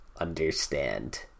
understand